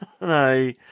No